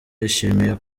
yishimiye